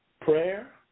Prayer